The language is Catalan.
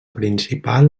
principal